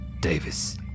Davis